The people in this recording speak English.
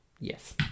Yes